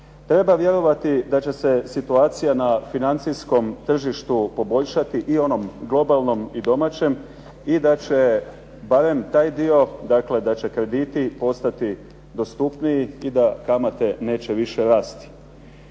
Treba vjerovati da će se situacija na financijskom tržištu poboljšati i onom globalnom i domaćem i da će barem taj dio, dakle da će krediti postati dostupniji i da kamate neće više rasti.